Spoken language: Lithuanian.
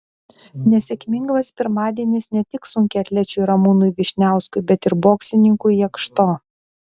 nesėkmingas pirmadienis ne tik sunkiaatlečiui ramūnui vyšniauskui bet ir boksininkui jakšto